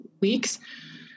weeks